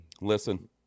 listen